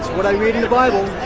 what i read in the bible!